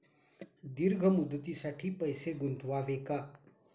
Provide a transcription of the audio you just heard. दीर्घ मुदतीसाठी पैसे गुंतवावे का?